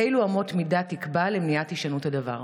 3. אילו אמות מידה תקבע למניעת הישנות הדבר?